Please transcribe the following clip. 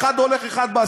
אחד הולך אחד בא.